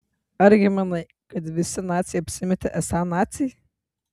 argi manai kad visi naciai apsimetė esą naciai